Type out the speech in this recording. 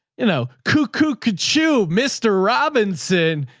you know, cuckoo could chew mr. robinson,